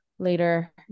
later